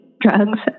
drugs